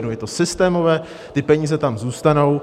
Je to systémové, ty peníze tam zůstanou.